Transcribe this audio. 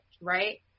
right